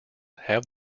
have